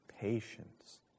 patience